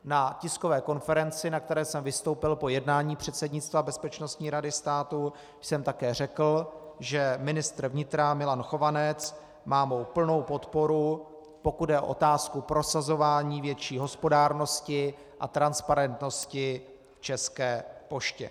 Na tiskové konferenci, na které jsem vystoupil po jednání předsednictva Bezpečnostní rady státu, jsem také řekl, že ministr vnitra Milan Chovanec má mou plnou podporu, pokud jde o otázku prosazování větší hospodárnosti a transparentnosti v České poště.